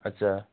अच्छा